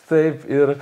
taip ir